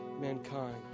mankind